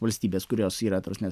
valstybės kurios yra ta prasme